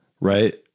right